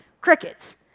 Crickets